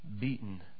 beaten